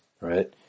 right